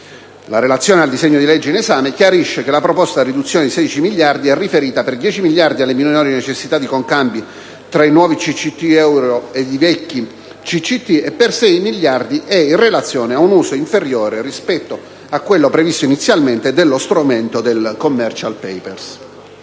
la relazione al disegno di legge in esame chiarisce che la proposta riduzione di 16 miliardi è riferita per 10 miliardi alle minori necessità di concambi tra i nuovi CCT euro e i vecchi CCT e per 6 miliardi a un uso inferiore, rispetto a quello previsto inizialmente, dello strumento delle *commercial paper.*